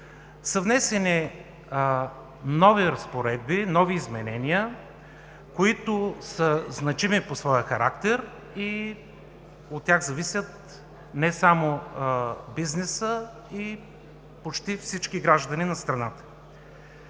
внесени нови разпоредби, нови изменения, които са значими по своя характер и от тях зависят не само бизнесът, но и почти всички граждани на страната.